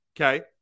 Okay